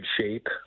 shape